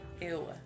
Ew